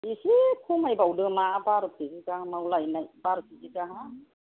एसे खमायबावदो मा बार' केजि गाहाम लायनाय बार' केजि गाहाम